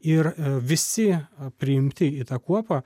ir visi priimti į tą kuopą